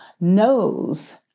knows